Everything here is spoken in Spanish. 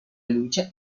lucha